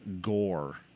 Gore